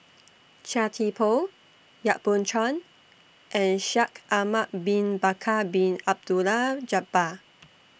Chia Thye Poh Yap Boon Chuan and Shaikh Ahmad Bin Bakar Bin Abdullah Jabbar